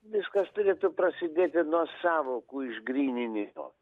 viskas turėtų prasidėti nuo sąvokų išgryninimo